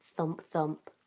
thump-thump.